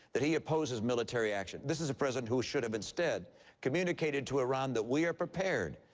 that he opposes military action. this is a president who should have instead communicated to iran that we are prepared,